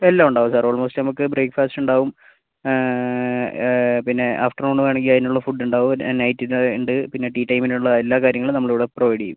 എല്ലാം ഉണ്ടാവും sir almost നമുക്ക് ബ്രേക്ക്ഫാസ്റ്റ് ഉണ്ടാവും പിന്നെ ആഫ്റ്റർനൂൺ വേണമെങ്കിൽ അതിനുള്ള ഫുഡ് ഉണ്ടാവും നെറ്റിന് ഉണ്ട് പിന്നെ ടീ ടൈമിന് ഉള്ള എല്ലാ കാര്യങ്ങളും നമ്മൾ ഇവിടെ പ്രൊവൈഡ് ചെയ്യും